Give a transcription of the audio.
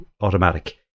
Automatic